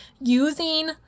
using